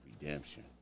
Redemption